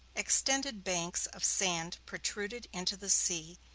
extended banks of sand protruded into the sea,